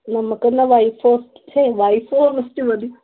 നമുക്കെന്നാൽ white forest മതി